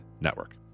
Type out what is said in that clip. Network